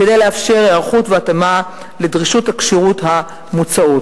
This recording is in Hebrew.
כדי לאפשר היערכות והתאמה לדרישות הכשירות המוצעות.